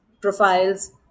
profiles